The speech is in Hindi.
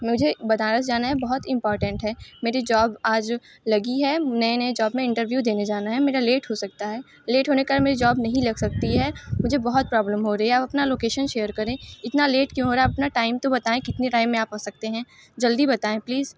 मुझे बनारस जाना है बहुत इम्पोटेंट है मेरी जॉब आज लगी है नए नए जॉब में इंटरव्यू देने जाना है मेरा लेट हो सकता है लेट होने के कारण मेरी जॉब नहीं लग सकती है मुझे बहुत प्रॉब्लम हो रहइ है आप अपना लोकेशन शेयर करें इतना लेट क्यों हो रहा है आप अपना टाइम तो बताऍं कितने टाइम में आप आ सकते हैं जल्दी बताऍं प्लीज़